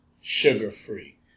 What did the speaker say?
sugar-free